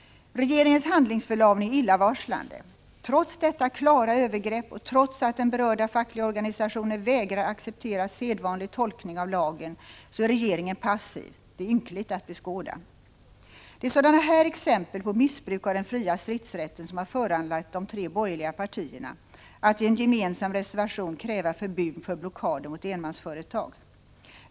Regeringens handlingsförlamning är illavarslande. Trots detta klara övergrepp, och trots att den berörda fackliga organisationen vägrar acceptera sedvanlig tolkning av lagen, är regeringen passiv. Det är ynkligt att beskåda. Det är sådana här exempel på missbruk av den fria stridsrätten som har föranlett de tre borgerliga partierna att i en gemensam reservation kräva förbud mot blockader av enmansföretag.